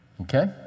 okay